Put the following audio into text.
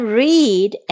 read